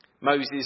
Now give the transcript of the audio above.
Moses